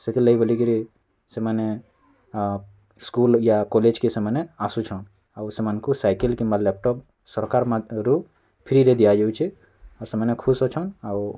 ସେଥିର୍ଲାଗି ବୋଲି କିରି ସେମାନେ ସ୍କୁଲ୍ ୟା କଲେଜ୍ କି ସେମାନେ ଆସୁଛନ୍ ଆଉ ସେମାନଙ୍କୁ ସାଇକେଲ୍ କିମ୍ବା ଲାପଟୋପ୍ ସରକାର ମା ରୁ ଫ୍ରିରେ ଦିଆ ଯାଉଛେ ଆଉ ସେମାନେ ଖୁସ ଅଛନ୍ ଆଉ